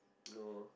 no